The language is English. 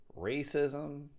racism